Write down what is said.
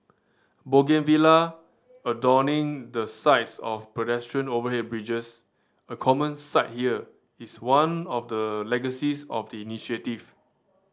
bougainvillea adorning the sides of pedestrian overhead bridges a common sight here is one of the legacies of the initiative